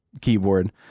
keyboard